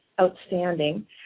outstanding